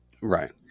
Right